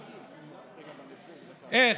איך?